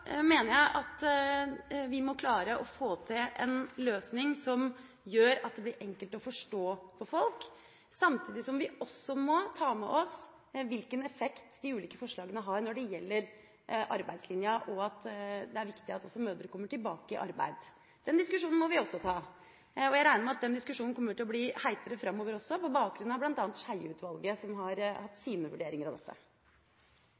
mener jeg at vi må klare å få til en løsning som gjør at det blir enkelt å forstå for folk, samtidig som vi må ta med oss hvilken effekt de ulike forslagene har når det gjelder arbeidslinja, og at det er viktig at mødre også kommer tilbake i arbeid. Den diskusjonen må vi også ta. Jeg regner med at den diskusjonen kommer til å bli hetere framover på bakgrunn av bl.a. Skjeie-utvalget, som har hatt